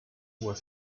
were